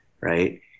right